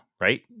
right